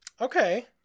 Okay